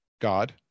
God